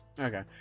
Okay